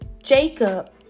Jacob